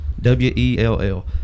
W-E-L-L